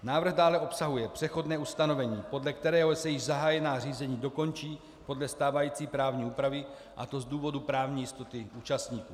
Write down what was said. Návrh dále obsahuje přechodné ustanovení, podle kterého se již zahájená řízení dokončí podle stávající právní úpravy, a to z důvodu právní jistoty účastníků.